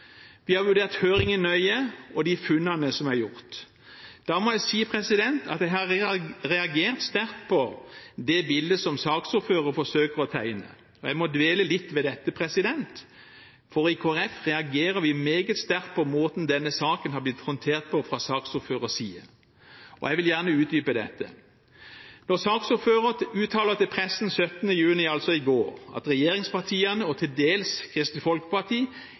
Vi har vurdert høringen og de funnene som er gjort, nøye. Jeg må si at jeg har reagert sterkt på det bildet som saksordføreren forsøker å tegne, og jeg må dvele litt ved dette, for i Kristelig Folkeparti reagerer vi meget sterkt på måten denne saken har blitt håndtert på fra saksordførerens side, og jeg vil gjerne utdype dette. Saksordføreren uttaler til pressen 17. juni, altså i går, at regjeringspartiene og til dels Kristelig Folkeparti